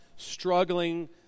struggling